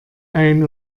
ein